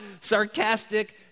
sarcastic